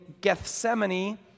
Gethsemane